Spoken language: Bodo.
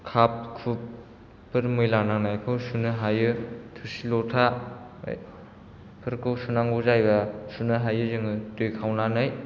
खाप खुपफोर मैला नांनायखौ सुनो हायो थोरसि लथाफोरखौ सुनांगौ जायोबा सुनो हायो जोङो दै खावनानै